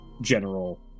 general